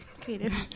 Creative